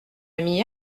ami